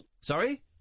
Sorry